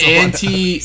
anti